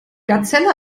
gazelle